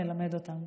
נלמד אותם.